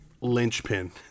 linchpin